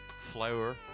flour